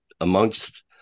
amongst